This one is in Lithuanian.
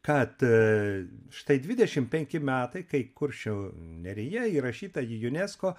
kad štai dvidešimt penki metai kai kuršių nerija įrašyta į unesco